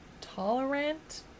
Tolerant